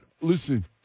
Listen